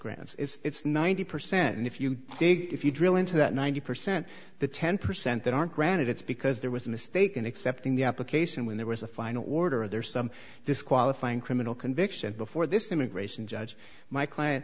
grants it's ninety percent and if you dig if you drill into that ninety percent that ten percent that aren't granted it's because there was a mistake in accepting the application when there was a fine order of there some disqualifying criminal conviction before this immigration judge my cl